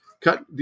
cut